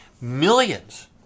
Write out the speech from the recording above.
Millions